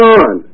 on